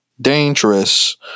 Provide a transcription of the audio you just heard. dangerous